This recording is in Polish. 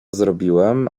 zrobiłem